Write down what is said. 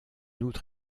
outre